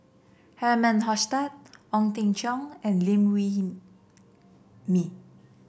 Herman Hochstadt Ong Teng Cheong and Liew Wee Mee